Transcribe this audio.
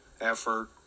effort